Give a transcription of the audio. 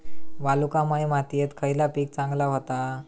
वालुकामय मातयेत खयला पीक चांगला होता?